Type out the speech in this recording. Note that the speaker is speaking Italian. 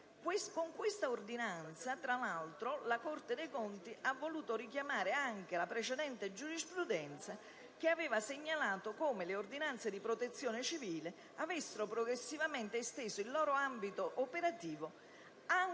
Con questa ordinanza, tra l'altro, la Corte dei conti ha voluto richiamare anche la precedente giurisprudenza, che aveva segnalato come le ordinanze di protezione civile avessero progressivamente esteso il loro ambito operativo anche